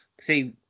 see